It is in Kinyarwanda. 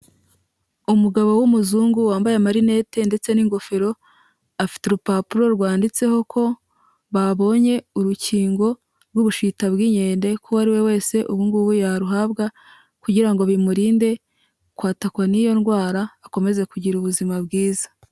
Umugabo w'umuzungu wambaye amarinete ndetse n'ingofero afite urupapuro rwanditseho ko babonye urukingo rw'ubushita bw'inkende kuko uwo ari we wese ubu ngubu yaruhabwa, kugira ngo bimurinde kwatakwa n'iyo ndwara akomeze kugira ubuzima bwiza.